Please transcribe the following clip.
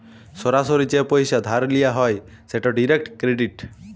সরাসরি যে পইসা ধার লিয়া হ্যয় সেট ডিরেক্ট ক্রেডিট